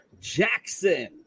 Jackson